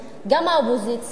גם האופוזיציה,